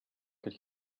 could